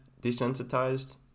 desensitized